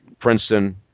Princeton